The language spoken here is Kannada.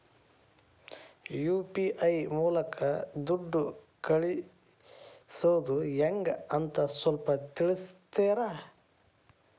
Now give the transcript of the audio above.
ಯು.ಪಿ.ಐ ಮೂಲಕ ದುಡ್ಡು ಕಳಿಸೋದ ಹೆಂಗ್ ಅಂತ ಸ್ವಲ್ಪ ತಿಳಿಸ್ತೇರ?